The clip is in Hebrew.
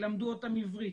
ילמדו אותם עברית,